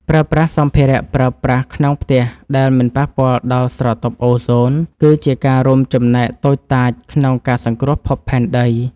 ប្រើប្រាស់សម្ភារប្រើប្រាស់ក្នុងផ្ទះដែលមិនប៉ះពាល់ដល់ស្រទាប់អូហ្សូនគឺជាការរួមចំណែកតូចតាចក្នុងការសង្គ្រោះភពផែនដី។